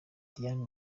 diane